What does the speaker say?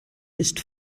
ist